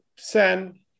send